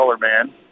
man